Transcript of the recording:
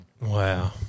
Wow